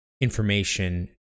information